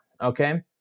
okay